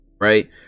right